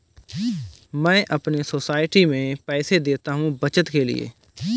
मैं अपने सोसाइटी में पैसे देता हूं बचत के लिए